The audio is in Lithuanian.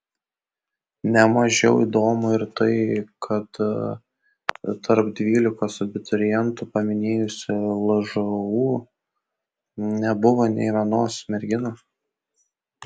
ne mažiau įdomu ir tai kad tarp dvylikos abiturientų paminėjusių lžūu nebuvo nė vienos merginos